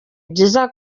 byiza